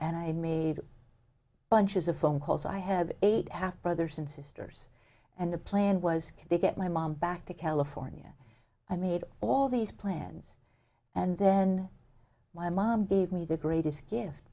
and i made bunches of phone calls i have eight after others and sisters and the plan was to get my mom back to california i made all these plans and then my mom gave me the greatest gift